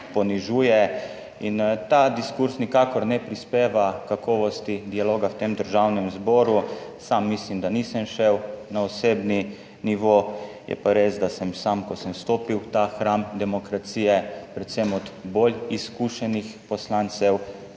ponižuje in ta diskurz nikakor ne prispeva h kakovosti dialoga v tem Državnem zboru. Sam mislim, da nisem šel na osebni nivo. Je pa res, da sem sam, ko sem vstopil v ta hram demokracije predvsem od bolj izkušenih poslancev